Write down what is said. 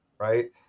right